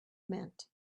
meant